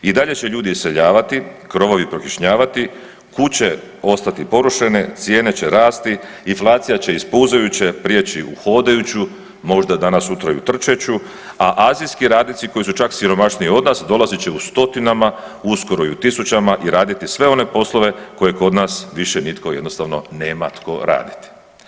I dalje će ljudi iseljavati, krovovi prokišnjavati, kuće ostati porušene, cijene će rasti, inflacija će iz puzajuće priječi u hodajuću, možda danas-sutra i u trčeću, a azijski radnici koji su čak siromašniji od nas dolazit će u stotinama, uskoro i u tisućama i raditi sve one poslove koje kod nas više nitno jednostavno nema tko radit.